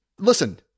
listen